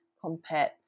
compared